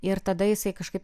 ir tada jisai kažkaip